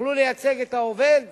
יוכלו לייצג את העובד